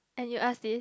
and you ask this